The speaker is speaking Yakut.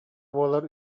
буолар